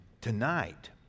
tonight